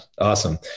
awesome